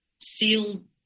sealed